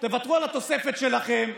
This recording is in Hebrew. תוותרו על התוספת שלכם,